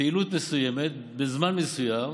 לפעילות מסוימת בזמן מסוים,